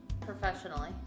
Professionally